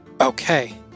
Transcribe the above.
Okay